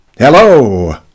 Hello